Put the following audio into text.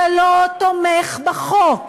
שלא תומך בחוק.